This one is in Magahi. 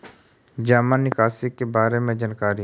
जामा निकासी के बारे में जानकारी?